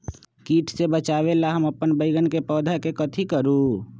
किट से बचावला हम अपन बैंगन के पौधा के कथी करू?